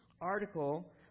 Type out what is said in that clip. article